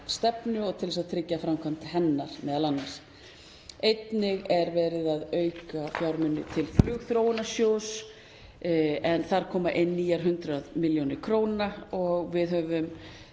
og til að tryggja framkvæmd hennar m.a. Einnig er verið að auka fjármuni til flugþróunarsjóðs en þar koma inn nýjar 100 millj. kr. og við höfum